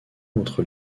entre